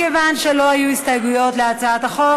מכיוון שלא היו הסתייגויות להצעת החוק,